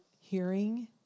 hearing